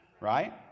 right